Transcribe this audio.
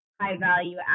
high-value